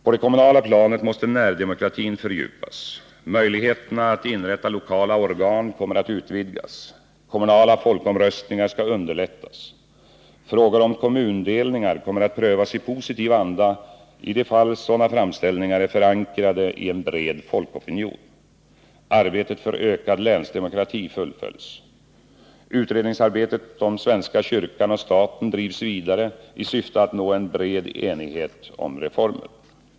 På det kommunala planet måste närdemokratin fördjupas. Möjligheterna att inrätta lokala organ kommer att utvidgas. Kommunala folkomröstningar skall underlättas. Frågor om kommundelningar kommer att prövas i positiv anda i de fall sådana framställningar är förankrade i en bred folkopinion. Utredningsarbetet om svenska kyrkan och staten drivs vidare i syfte att nå en bred enighet om reformer.